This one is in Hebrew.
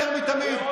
יותר מתמיד,